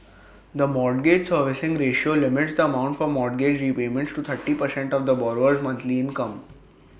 the mortgage servicing ratio limits the amount for mortgage repayments to thirty percent of the borrower's monthly income